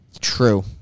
True